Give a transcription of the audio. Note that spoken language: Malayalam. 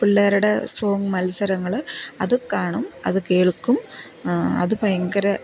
പിള്ളേരുടെ സോങ് മത്സരങ്ങള് അതു കാണും അതു കേൾക്കും അത് ഭയങ്കര